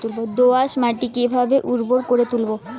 দোয়াস মাটি কিভাবে উর্বর করে তুলবো?